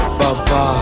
baba